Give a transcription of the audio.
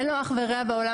אין לו אח ורע בעולם.